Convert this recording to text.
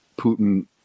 Putin